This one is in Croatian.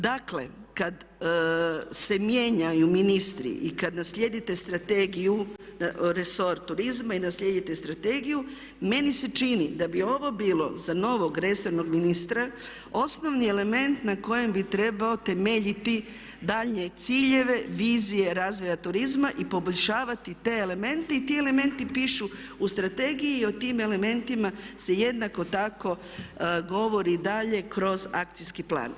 Dakle, kad se mijenjaju ministri i kad naslijedite strategiju, resor turizma i naslijedite strategiju meni se čini da bi ovo bilo za novog resornog ministra osnovni element na kojem bi trebao temeljiti daljnje ciljeve, vizije razvoja turizma i poboljšavati te elemente i ti elementi pišu u strategiji i o tim elementima se jednako tako govori dalje kroz akcijski plan.